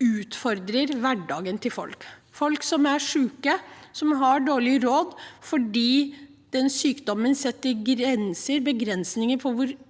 utfordrer hverdagen til folk. Folk som er syke, som har dårlig råd fordi sykdommen setter begrensninger for hvor